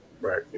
Right